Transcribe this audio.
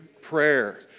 prayer